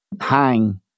hang